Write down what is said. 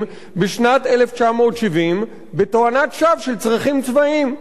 בשנת 1970 בתואנת שווא של צרכים צבאיים,